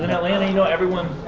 and atlanta you know everyone.